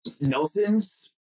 Nelson's